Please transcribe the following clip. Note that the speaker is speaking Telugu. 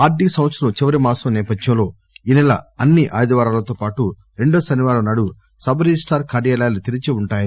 ఆర్గిక సంవత్సరం చివరి మాసం నేపథ్యంలో ఈ సెల అన్ని ఆదివారాలతో పాటు రెండవ శనివారం రోజున సబ్ రిజిస్టార్ కార్యాలయాలు పని చేయనున్నాయి